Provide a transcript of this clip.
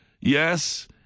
yes